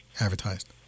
advertised